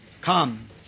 Come